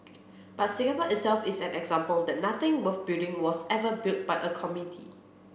but Singapore itself is an example that nothing worth building was ever built by a committee